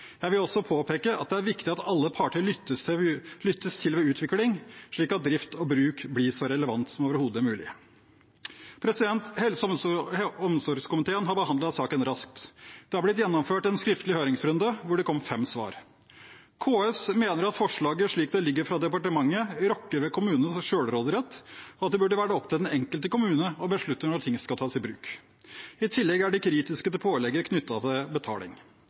Jeg vil også påpeke at det er viktig at alle parter lyttes til ved utvikling, slik at drift og bruk blir så relevant som overhodet mulig. Helse- og omsorgskomiteen har behandlet saken raskt. Det har blitt gjennomført en skriftlig høringsrunde, hvor det kom fem svar. KS mener at forslaget slik det ligger fra departementet, rokker ved kommunenes selvråderett, og at det burde være opp til den enkelte kommune å beslutte når ting skal tas i bruk. I tillegg er de kritiske til pålegget knyttet til betaling.